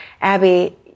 Abby